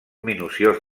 minuciós